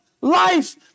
life